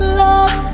love